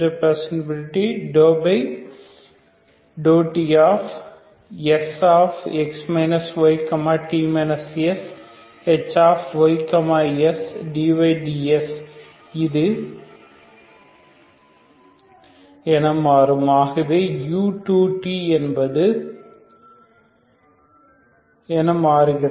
ஆகவே u2t என்பது u2t ∞δhy tdy20t ∞2x2Sx y t shy sdydsஎன மாறுகிறது